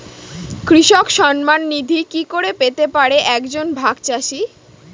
কৃষক সন্মান নিধি কি করে পেতে পারে এক জন ভাগ চাষি?